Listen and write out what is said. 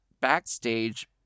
backstage